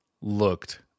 looked